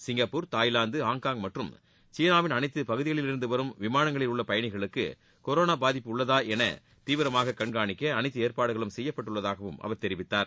Singapore Thailand Hong Kong மற்றும் சீனாவின் அனைத்து பகுதிகளில் இருந்து வரும் விமானங்களில் உள்ள பயணிகளுக்கு கொரானா பாதிப்பு உள்ளதா என தீவிரமாக கண்காணிக்க அனைத்து ஏற்பாடுகளும் செய்யப்பட்டுள்ளதாகவும் அவர் தெரிவித்தார்